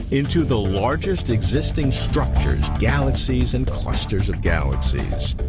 into the largest existing structures galaxies and clusters of galaxies,